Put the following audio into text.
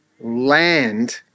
land